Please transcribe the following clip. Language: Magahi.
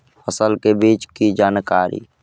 फसल के बीज की जानकारी?